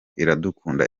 iradukunda